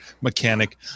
mechanic